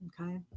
Okay